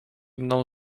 mną